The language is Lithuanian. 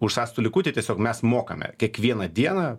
už sąstų likutį tiesiog mes mokame kiekvieną dieną